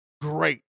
great